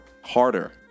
harder